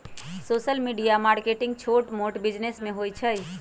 social media marketing छोट मोट business में होई छई